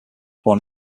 born